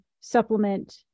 supplement